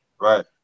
right